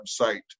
website